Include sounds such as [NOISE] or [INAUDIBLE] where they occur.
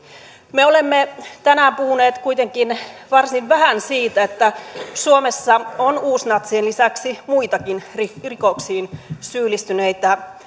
me olemme tänään puhuneet kuitenkin varsin vähän siitä että suomessa on uusnatsien lisäksi muitakin rikoksiin rikoksiin syyllistyneitä [UNINTELLIGIBLE]